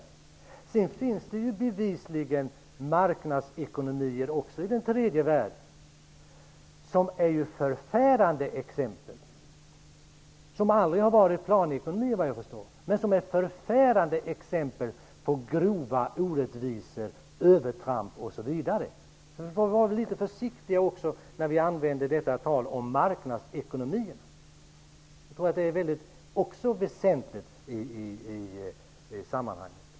Det finns bevisligen marknadsekonomier också i den tredje världen som är förfärande exempel och som efter vad jag förstår aldrig har varit planekonomier. De är förfärande exempel på länder där det finns grova orättvisor och sker övertramp. Vi får vara litet försiktiga också när vi talar om marknadsekonomierna. Jag tror att det också är väsentligt i sammanhanget.